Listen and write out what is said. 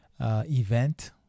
event